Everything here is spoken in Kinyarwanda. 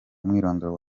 umwirondoro